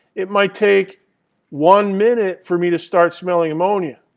it might take one minute for me to start smelling ammonia.